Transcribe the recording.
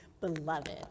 Beloved